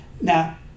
now